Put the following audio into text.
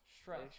stretch